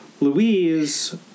Louise